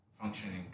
functioning